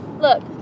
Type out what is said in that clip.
look